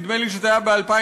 נדמה לי שזה היה ב-2008,